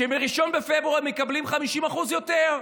שמ-1 בפברואר הם מקבלים 50% יותר.